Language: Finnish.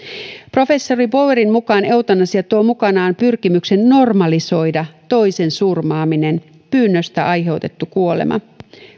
professori boerin mukaan eutanasia tuo mukanaan pyrkimyksen normalisoida toisen surmaaminen pyynnöstä aiheutettu kuolema